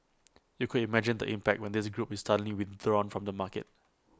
you could imagine the impact when this group is suddenly withdrawn from the market